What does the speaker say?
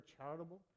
charitable